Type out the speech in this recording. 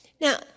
Now